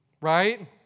right